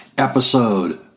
episode